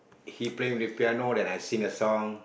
he playing with piano when then I sing a song